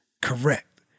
correct